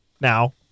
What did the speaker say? now